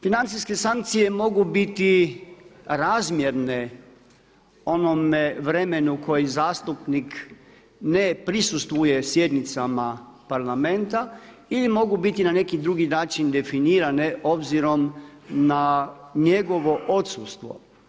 Financijske sankcije mogu biti razmjerne onome vremenu koji zastupnik ne prisustvuje sjednicama parlamenta i mogu biti na neki drugi način definiranje obzirom na njegovo odsustvo.